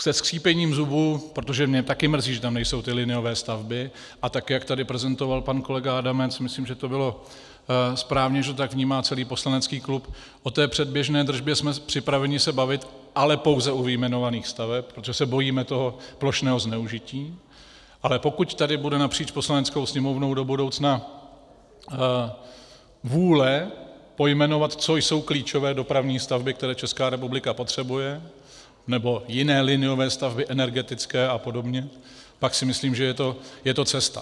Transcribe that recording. Se skřípěním zubů, protože mě také mrzí, že tam nejsou liniové stavby, a tak jak to tady prezentoval pan kolega Adamec, myslím, že to bylo správně, že to tak vnímá celý poslanecký klub, o té předběžné držbě jsme připraveni se bavit, ale pouze u vyjmenovaných staveb, protože se bojíme plošného zneužití, ale pokud tady bude napříč Poslaneckou sněmovnou do budoucna vůle pojmenovat, co jsou klíčové dopravní stavby, které Česká republika potřebuje, nebo jiné liniové stavby, energetické a podobně, pak si myslím, že je to cesta.